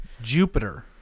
Jupiter